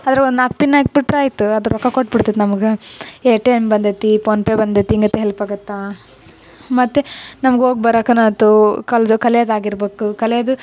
ಅದ್ರಾಗೆ ಒಂದು ನಾಲ್ಕು ಪಿನ್ ಹಾಕ್ಬಿಟ್ರ್ ಆಯಿತು ಅದು ರೊಕ್ಕ ಕೊಟ್ಟು ಬಿಡ್ತೈತೆ ನಮ್ಗೆ ಎ ಟಿ ಎಮ್ ಬಂದೈತೆ ಪೋನ್ಪೇ ಬಂದೈತೆ ಹೀಗಂತ ಹೆಲ್ಪ್ ಆಗತ್ತೆ ಮತ್ತೆ ನಮ್ಗೆ ಹೋಗ್ಬರಕನ ಆಯ್ತು ಕಲ್ಝ ಕಲಿಯಾದು ಆಗಿರ್ಬೇಕು ಕಲಿಯೋದು